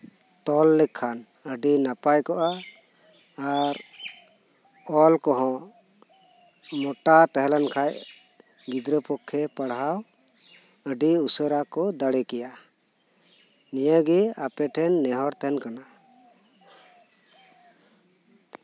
ᱛᱚᱞ ᱞᱮᱠᱷᱟᱱ ᱟᱹᱰᱤ ᱱᱟᱯᱟᱭ ᱠᱚᱜᱼᱟ ᱟᱨ ᱚᱞ ᱠᱚᱦᱚᱸ ᱢᱚᱴᱟ ᱛᱟᱦᱮᱸᱞᱮᱱ ᱠᱷᱟᱱ ᱜᱤᱫᱽᱨᱟᱹ ᱯᱚᱠᱠᱷᱮ ᱯᱟᱲᱦᱟᱣ ᱟᱹᱰᱤ ᱩᱥᱟᱹᱨᱟ ᱠᱚ ᱫᱟᱲᱮ ᱠᱮᱭᱟ ᱱᱤᱭᱟᱹ ᱜᱮ ᱟᱯᱮ ᱴᱷᱮᱱ ᱱᱮᱦᱚᱨ ᱛᱟᱦᱮᱱ ᱠᱟᱱᱟ